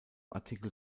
artikel